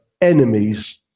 enemies